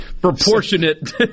Proportionate